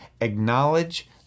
Acknowledge